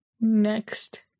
Next